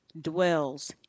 dwells